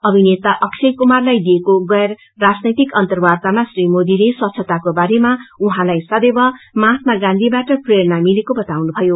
अमिनेता अक्षय कुमार लाई दिएको गैर राजनैकि अर्न्तवार्तामा श्री मोदीले स्वच्छाताको बारेमा उहाँलाई सदैव महात्मा गांधीाबाट प्रेरणा मिलेको बताउनुभयो